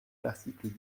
l’article